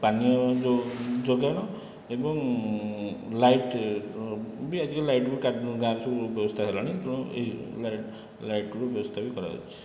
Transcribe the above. ପାନୀୟ ଜଳ ଯୋଗାଣ ଏବଂ ଲାଇଟ୍ ବି ଆଜିକାଲି ଗାଁରେ ସବୁ ବ୍ୟବସ୍ଥା ହେଲାଣି ଲାଇଟର ବ୍ୟବସ୍ଥା ବି କରାଯାଇଛି